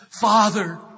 Father